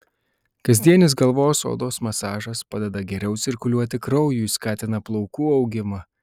kasdieninis galvos odos masažas padeda geriau cirkuliuoti kraujui skatina plaukų augimą